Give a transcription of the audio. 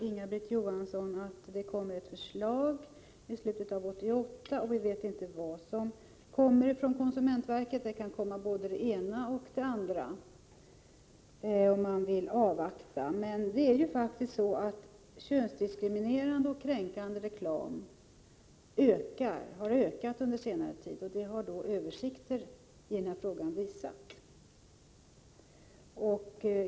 Inga-Britt Johansson säger att det skall komma ett förslag i slutet av år 1988, men hon vet inte vad det förslaget går ut på. Hon säger att det kan komma både det ena och det andra och vill avvakta. Men det är ett faktum att könsdiskriminerande och kränkande reklam under senare tid har ökat — det har översikter i den här frågan visat.